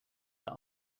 that